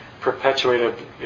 perpetuated